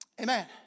Amen